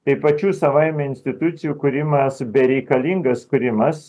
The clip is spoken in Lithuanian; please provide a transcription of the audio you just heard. tai pačių savaime institucijų kūrimas bereikalingas kūrimas